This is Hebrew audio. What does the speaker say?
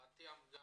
גם בבת ים.